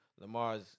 Lamar's